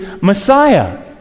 Messiah